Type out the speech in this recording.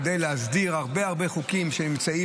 כדי להסדיר הרבה הרבה חוקים שנמצאים